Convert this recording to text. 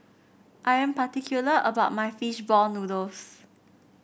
I am particular about my fish ball noodles